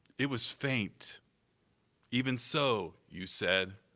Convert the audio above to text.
it was faint even so, you said,